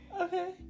Okay